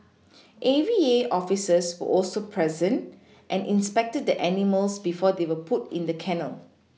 A V A officers were also present and inspected the animals before they were put in the kennel